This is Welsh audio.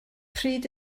pryd